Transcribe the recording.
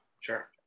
Sure